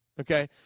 Okay